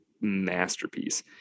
masterpiece